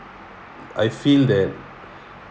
I feel that